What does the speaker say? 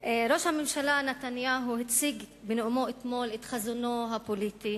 ראש הממשלה נתניהו הציג בנאומו אתמול את חזונו הפוליטי